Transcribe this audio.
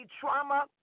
trauma